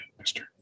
mister